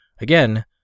again